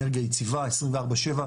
אנרגיה יציבה 24/7,